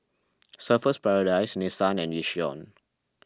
Surfer's Paradise Nissan and Yishion